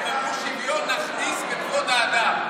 את השוויון נכניס בכבוד האדם.